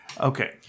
Okay